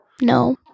No